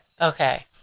Okay